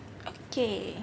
okay